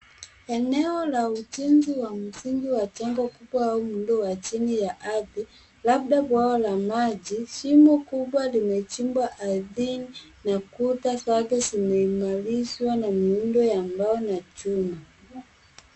Eneo la ujensi wa jengo kubwa au muundo wa chini ya ardhi labda bwawa la maji. Shimo kubwa limechimbwa ardhini na kuta zake zimeimarishwa na miundo ya mbao na chuma.